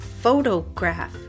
photograph